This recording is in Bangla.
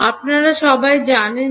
আপনারা সবাই জানেন কি